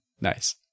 Nice